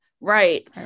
Right